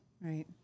Right